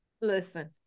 listen